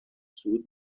صعود